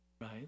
right